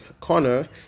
Connor